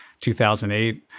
2008